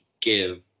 give